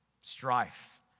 strife